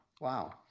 Wow